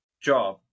job